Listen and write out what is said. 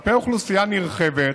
כלפי אוכלוסייה נרחבת,